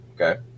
okay